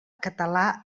català